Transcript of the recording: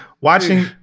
Watching